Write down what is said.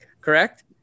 correct